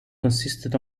consisted